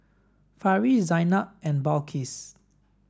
Farish Zaynab and Balqis